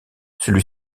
celui